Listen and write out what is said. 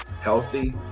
healthy